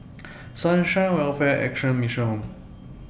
Sunshine Welfare Action Mission Home